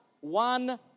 One